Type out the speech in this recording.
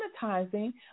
monetizing